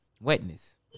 wetness